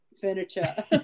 furniture